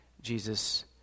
Jesus